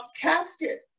casket